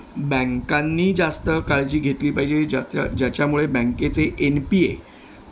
बँकांनी जास्त काळजी घेतली पाहिजे ज्यात ज्याच्यामुळे बँकेचे एन पी ए